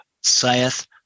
saith